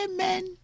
Amen